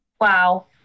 Wow